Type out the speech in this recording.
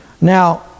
Now